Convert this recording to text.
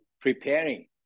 preparing